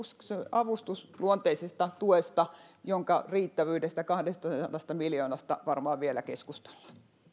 avustusluonteisesta tuesta jonka riittävyydestä kahdestasadasta miljoonasta varmaan vielä keskustellaan